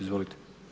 Izvolite.